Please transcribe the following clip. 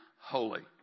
holy